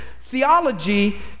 theology